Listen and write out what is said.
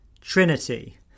Trinity